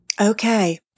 Okay